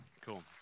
Cool